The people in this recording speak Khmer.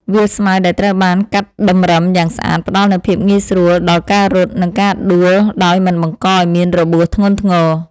វាលស្មៅដែលត្រូវបានកាត់តម្រឹមយ៉ាងស្អាតផ្ដល់នូវភាពងាយស្រួលដល់ការរត់ និងការដួលដោយមិនបង្កឱ្យមានរបួសធ្ងន់ធ្ងរ។